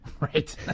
Right